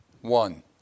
One